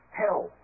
hell